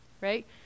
Right